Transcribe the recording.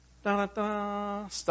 Stop